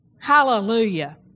Hallelujah